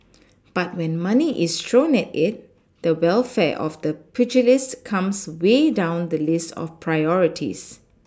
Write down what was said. but when money is thrown at it the welfare of the pugilists comes way down the list of priorities